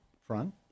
front